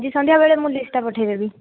ଆଜି ସନ୍ଧ୍ୟାବେଳେ ମୁଁ ଲିଷ୍ଟ୍ଟା ପଠେଇ ଦେବି